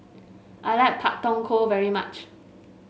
I like Pak Thong Ko very much